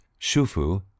Shufu